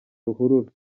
ruhurura